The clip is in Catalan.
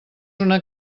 una